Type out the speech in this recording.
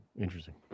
Interesting